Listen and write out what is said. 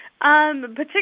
Particularly